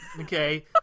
okay